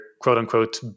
quote-unquote